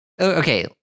Okay